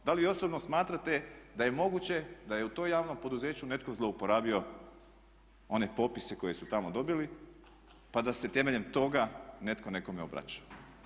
Da li osobno smatrate da je moguće da je u tom javnom poduzeću netko zlouporabio one popise koji su tamo dobili pa da se temeljem toga netko nekome obraća?